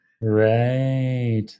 Right